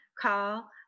call